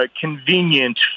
convenient